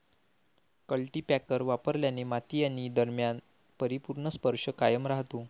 cultipacker वापरल्याने माती आणि दरम्यान परिपूर्ण स्पर्श कायम राहतो